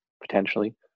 potentially